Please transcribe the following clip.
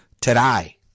today